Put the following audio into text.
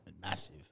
massive